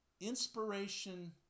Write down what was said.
Inspiration